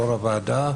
יושב-ראש הוועדה,